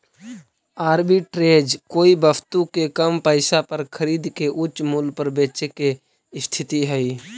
arbitrage कोई वस्तु के कम पईसा पर खरीद के उच्च मूल्य पर बेचे के स्थिति हई